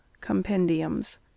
Compendiums